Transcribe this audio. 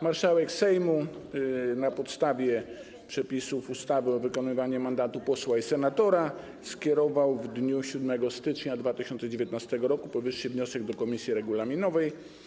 Marszałek Sejmu na podstawie przepisów ustawy o wykonywaniu mandatu posła i senatora skierował w dniu 7 stycznia 2019 r. powyższy wniosek do komisji regulaminowej.